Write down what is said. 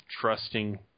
trusting